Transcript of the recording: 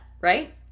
right